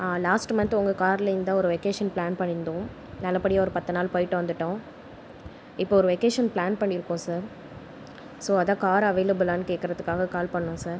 ஆ last month உங்கள் காரிலேந்து தான் ஒரு வெக்கேஷன் பிளான் பண்ணியிருந்தோம் நல்லபடியாக ஒரு பத்து நாள் போயிட்டு வந்துவிட்டோம் இப்போ ஒரு வெக்கேஷன் பிளான் பண்ணியிருக்கோம் சார் ஸோ அதுதான் கார் அவைளபுலான்னு கேட்குறதுக்காக கால் பண்ணிணோம் சார்